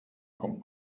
kommt